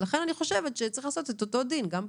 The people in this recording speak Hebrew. ולכן אני חושבת שצריך לעשות את אותו דין גם פה.